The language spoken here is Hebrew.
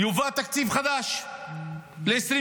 יובא תקציב חדש ל-2024.